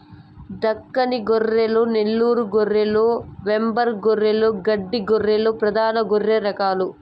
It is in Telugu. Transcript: దక్కని గొర్రెలు, నెల్లూరు గొర్రెలు, వెంబార్ గొర్రెలు, గడ్డి గొర్రెలు ప్రధాన గొర్రె రకాలు